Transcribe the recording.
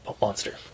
monster